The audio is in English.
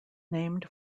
named